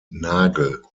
nagel